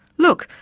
look.